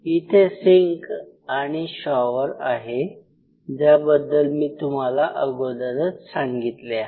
इथे सिंक आणि शॉवर आहे ज्याबद्दल मी तुम्हाला अगोदरच सांगितले आहे